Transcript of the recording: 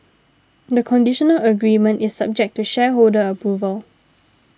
the conditional agreement is subject to shareholder approval